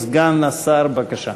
סגן השר, בבקשה.